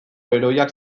heroiak